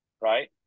right